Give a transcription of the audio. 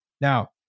Now